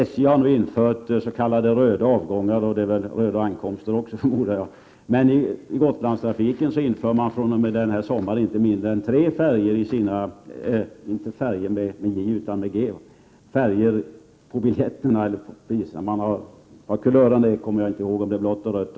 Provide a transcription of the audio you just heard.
SJ har nu infört ”röda” avgångar. I Gotlandstrafiken inför man fr.o.m. denna sommar inte mindre än tre färger på sina biljetter.